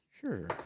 Sure